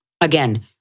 Again